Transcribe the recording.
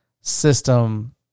system